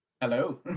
hello